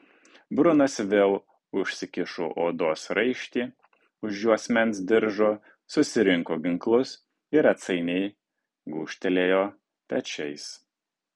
brunas vėl užsikišo odos raištį už juosmens diržo susirinko ginklus ir atsainiai gūžtelėjo pečiais